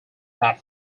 that